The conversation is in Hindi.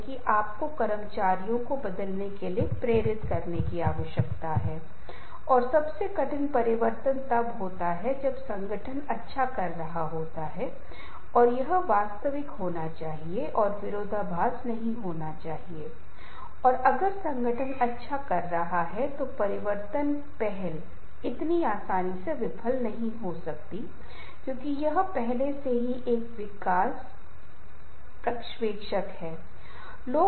इसलिए हमारी कई समस्याओं के कारण हमारे जीवन में ऐसा होता है कि समय के साथ यह गहरा रिश्ता मध्यम में परिवर्तित हो जाता है और मध्यम से स्थिति आती है समय आता है कि यह और नीचे जाए और यह आकस्मिक हो जाए और फिर समाप्त हो जाए बस गुजरने का मतलब है कल तक के लोग वे बहुत करीबी रिश्ता बना रहे थे अब वे बात नहीं कर रहे हैं वे एक दूसरे को पसंद नहीं करते हैं उन्हें बहुत नफरत है वे एक दूसरे से नफरत करते हैं इसलिए यह चीजें हैं हमारे जीवन में होती है